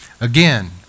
again